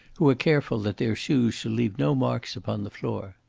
who are careful that their shoes shall leave no marks upon the floor.